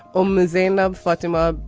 amazing love. fatima.